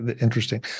Interesting